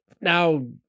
Now